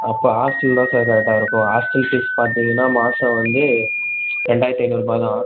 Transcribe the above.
அப்போ ஹாஸ்டல் தான் சார் கரெக்டாக இருக்கும் ஹாஸ்டல் ஃபீஸ் பார்த்திங்கன்னா மாதம் வந்து ரெண்டாயிரத்தி ஐந்நூறுரூபா தான்